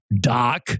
doc